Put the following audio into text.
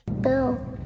bill